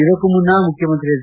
ಇದಕ್ಕೂ ಮುನ್ನ ಮುಖ್ಯಮಂತ್ರಿ ಎಚ್